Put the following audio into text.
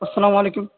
السلام علیکم